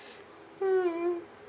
mm